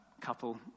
couple